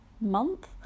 month